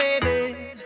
baby